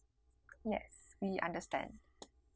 yes we understand